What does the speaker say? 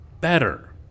better